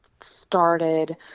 started